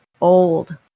old